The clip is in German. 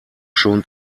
schon